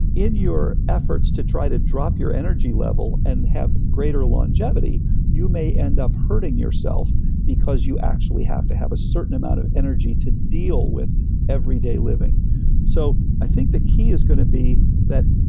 in your efforts to try to drop your energy level and have greater longevity you may end up hurting yourself because you actually have to have a certain amount of energy to deal with every day living so i think the key is gonna be that,